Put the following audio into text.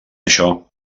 això